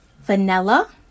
Vanilla